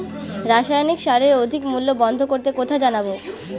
রাসায়নিক সারের অধিক মূল্য বন্ধ করতে কোথায় জানাবো?